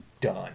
done